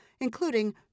including